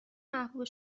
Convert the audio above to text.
محبوب